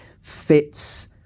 fits